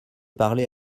parler